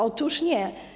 Otóż nie.